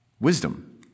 Wisdom